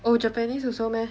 oh japanese also meh